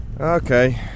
Okay